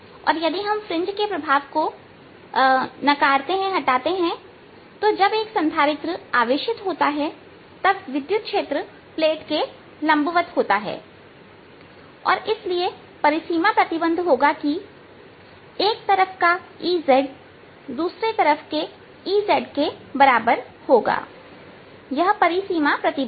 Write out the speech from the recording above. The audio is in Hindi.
और यदि हम फ्रिंज के प्रभावों को नकारते हैं तो जब संधारित्र आवेशित होता है तब विद्युत क्षेत्र प्लेट के लंबवत होता है और इसलिए परिसीमा प्रतिबंध होगा कि एक तरफ का Ez दूसरी तरफ केEz के बराबर होगा यह परिसीमा प्रतिबंध है